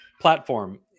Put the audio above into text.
platform